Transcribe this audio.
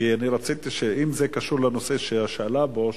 כי אני רציתי שאם זה קשור לנושא ששאלה בו,